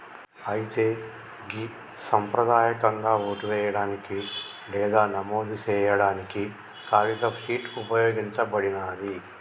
అయితే గి సంప్రదాయకంగా ఓటు వేయడానికి లేదా నమోదు సేయాడానికి కాగితపు షీట్ ఉపయోగించబడినాది